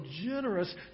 generous